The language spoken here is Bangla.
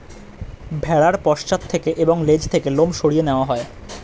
ভেড়ার পশ্চাৎ থেকে এবং লেজ থেকে লোম সরিয়ে নেওয়া হয়